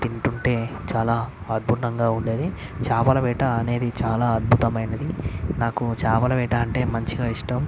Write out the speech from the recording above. తింటుంటే చాలా అద్భుతంగా ఉండేది చేపల వేట అనేది చాలా అద్భుతమైనది నాకు చేపల వేట అంటే మంచిగా ఇష్టం